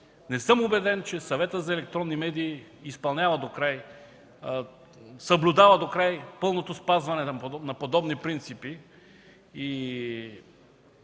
не съм убеден, че Съветът за електронни медии изпълнява докрай, съблюдава докрай пълното спазване на подобни принципи и